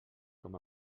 com